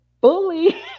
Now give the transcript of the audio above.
bully